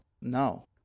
No